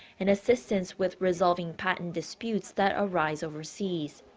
and assistance with resolving patent disputes that arise overseas.